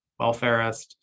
welfareist